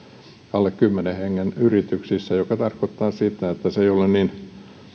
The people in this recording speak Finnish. alle kymmenen hengen yrityksissä mikä tarkoittaa sitä että ei ole niin